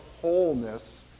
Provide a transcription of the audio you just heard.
wholeness